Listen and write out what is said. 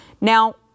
Now